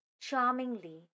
charmingly